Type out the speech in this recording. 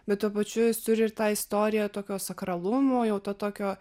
bet tuo pačiu jis turi ir tą istoriją tokio sakralumo nuojautą tokio